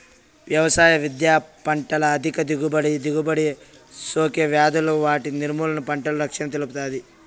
వ్యవసాయ విద్య పంటల అధిక దిగుబడి, పంటలకు సోకే వ్యాధులు వాటి నిర్మూలన, పంటల రక్షణను తెలుపుతాది